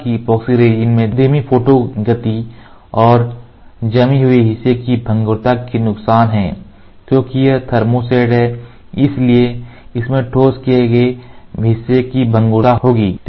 हालांकि epoxy resin में धीमी फोटो गति और जमी हुए हिस्से की भंगुरता के नुकसान हैं क्योंकि यह थर्मोसेट है इसलिए इसमें ठोस किए गए हिस्से की भंगुरता होगी